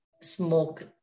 smoke